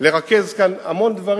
לרכז כאן המון דברים.